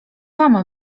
wam